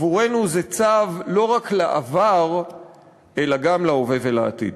עבורנו זה צו לא רק לעבר אלא גם להווה ולעתיד.